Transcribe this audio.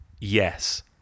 yes